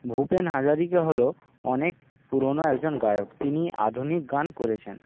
ভুপেন হাজারিকা হলো অনেক পুরোনো একজন গায়ক তিনি আধুনিক গান করেছেন